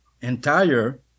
entire